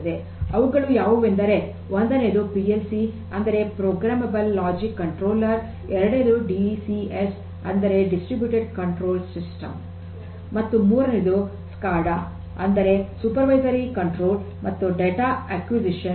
ಅವುಗಳು ಯಾವುವೆಂದರೆ ಒಂದನೆಯದು ಪಿ ಎಲ್ ಸಿ ಅಂದರೆ ಪ್ರೊಗ್ರಾಮೆಬಲ್ ಲಾಜಿಕ್ ಕಾಂಟ್ರೋಲ್ಲೆರ್ ಎರಡನೆಯದು ಡಿ ಸಿ ಎಸ್ ಅಂದರೆ ಡಿಸ್ಟ್ರಿಬ್ಯುಟೆಡ್ ಕಂಟ್ರೋಲ್ ಸಿಸ್ಟಮ್ಸ್ ಮತ್ತು ಮೂರನೆಯದು ಸ್ಕಾಡಾ ಅಂದರೆ ಮೇಲ್ವಿಚಾರಣಾ ನಿಯಂತ್ರಣ ಮತ್ತು ಡೇಟಾ ಅಕ್ವಿಸಿಷನ್